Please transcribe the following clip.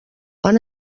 han